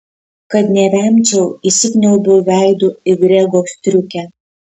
kad nevemčiau įsikniaubiau veidu į grego striukę